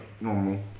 normal